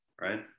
right